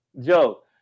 Joe